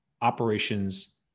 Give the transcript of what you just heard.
operations